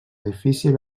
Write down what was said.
difícil